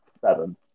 seven